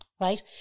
right